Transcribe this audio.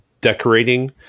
decorating